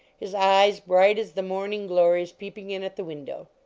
his eyes bright as the morning-glories peep ing in at the window.